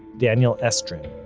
daniel estrin,